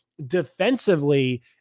defensively